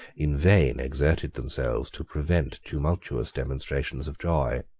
in vain exerted themselves to prevent tumultuous demonstrations of joy.